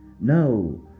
No